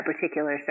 particular